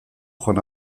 joan